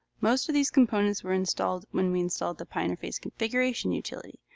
most of these components were installed when we installed the pi interface configuration utility.